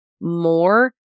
more